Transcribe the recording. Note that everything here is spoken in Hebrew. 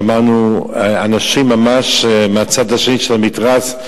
שמענו אנשים מהצד השני של המתרס,